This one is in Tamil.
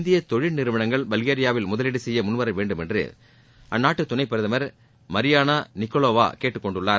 இந்திய தொழில் நிறுவனங்கள் பல்கேரியாவில் முதலீடு செய்ய முன்வர வேண்டும் என்று அந்நாட்டு துணை பிரதமர் மரியானா நிக்கோலோவா கேட்டுக் கொண்டுள்ளார்